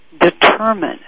determine